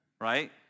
right